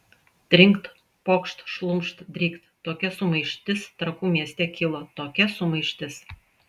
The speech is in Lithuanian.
trinkt pokšt šlumšt drykt tokia sumaištis trakų mieste kilo tokia sumaištis